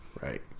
Right